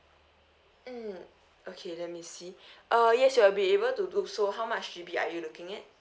mm okay let me see ah yes you'll be able to do so how much G_B are you looking at